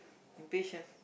impatient